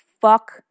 fuck